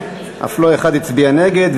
אף לא אחד הצביע נגד,